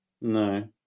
No